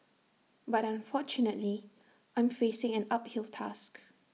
but unfortunately I'm facing an uphill task